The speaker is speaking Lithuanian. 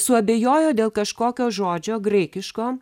suabejojo dėl kažkokio žodžio graikiško